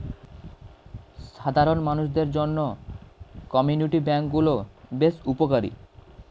সাধারণ মানুষদের জন্য কমিউনিটি ব্যাঙ্ক গুলো বেশ উপকারী